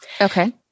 Okay